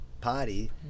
party